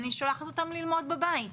אני שולחת אותם ללמוד בבית.